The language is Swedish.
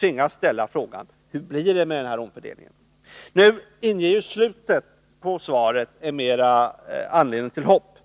tvingas ställa frågan: Hur blir det med omfördelningen? Slutet på svaret ger en viss anledning till hopp.